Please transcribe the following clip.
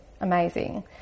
amazing